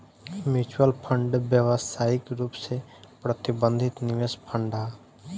mutual fund व्यावसायिक रूप से प्रबंधित निवेश फंड ह